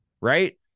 right